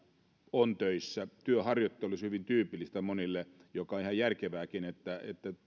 on töissä työharjoittelussa hyvin tyypillistä monille ja on ihan järkevääkin että